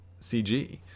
CG